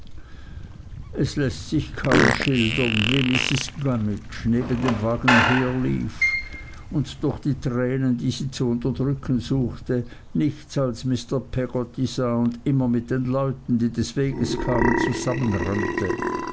es läßt sich kaum schildern wie mrs gummidge neben dem wagen herlief und durch die tränen die sie zu unterdrücken suchte nichts als mr peggotty sah und immer mit den leuten die des weges kamen